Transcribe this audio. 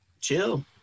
chill